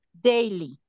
daily